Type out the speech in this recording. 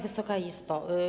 Wysoka Izbo!